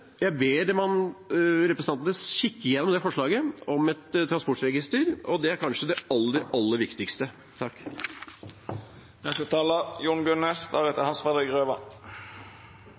jeg ville understreke. Jeg ber representantene kikke gjennom forslaget om et transportregister, og det er kanskje det aller, aller viktigste.